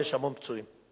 ויש המון פצועים,